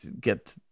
get